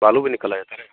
बालू भी निकाला जाता है ना